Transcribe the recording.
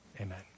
Amen